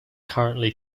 currently